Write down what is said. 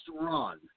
run